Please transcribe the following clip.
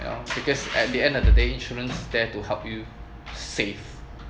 you know because at the end of the day insurance there to help you save